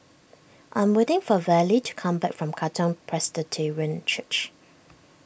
I'm waiting for Vallie to come back from Katong Presbyterian Church